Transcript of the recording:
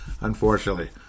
unfortunately